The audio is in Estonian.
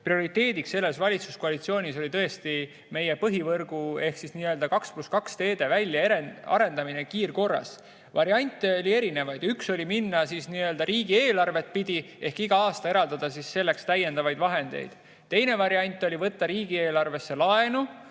prioriteediks selles valitsuskoalitsioonis oli tõesti meie põhivõrgu ehk nii-öelda 2 + 2 teede väljaarendamine kiirkorras. Variante oli erinevaid. Üks oli minna nii-öelda riigieelarvet pidi ehk iga aasta eraldada selleks täiendavaid vahendeid. Teine variant oli võtta riigieelarvesse laenu.